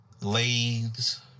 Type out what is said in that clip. lathes